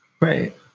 right